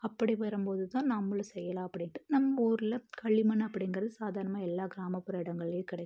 அப்படி வரும்போது தான் நம்மளும் செய்யலாம் அப்படின்னுட்டு நம்ம ஊரில் களிமண் அப்படிங்கறது சாதாரணமாக எல்லா கிராமப்புற இடங்கள்லேயும் கிடைக்கும்